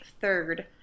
third